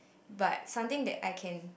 but something that I can